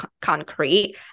concrete